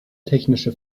technische